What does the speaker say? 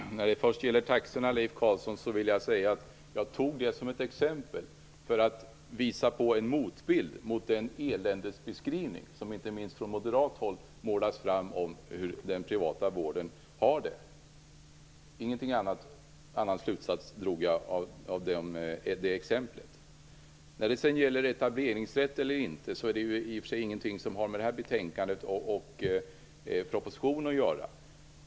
Fru talman! När det först gäller taxorna, Leif Carlson, tog jag dem som ett exempel för att visa på en motbild till den eländesbeskrivning som inte minst från moderat håll frammålats om hur den privata vården har det. Jag drog ingen annan slutsats av det exemplet. När det sedan gäller etableringsrätt eller inte är det inte något som har med detta betänkande och propositionen att göra.